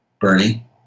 Bernie